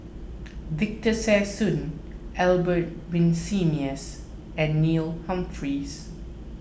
Victor Sassoon Albert Winsemius and Neil Humphreys